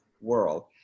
world